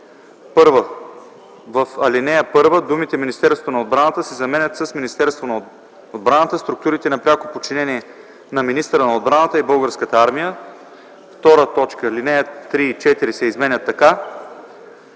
1. В ал. 1 думите „Министерството на отбраната” се заменят с „Министерството на отбраната, структурите на пряко подчинение на министъра на отбраната и Българската армия”. 2. Алинеи 3 и 4 се изменят така: